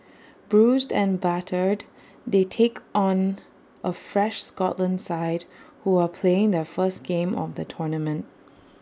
bruised and battered they take on A fresh Scotland side who are playing their first game of the tournament